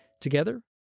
Together